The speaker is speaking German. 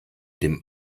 dem